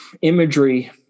imagery